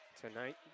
tonight